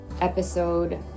episode